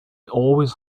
always